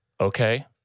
okay